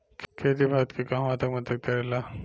खेती भारत के कहवा तक मदत करे ला?